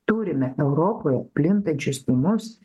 turime europoje plintančius tymus